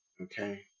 Okay